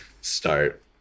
start